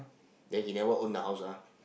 then he never own the house ah